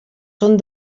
són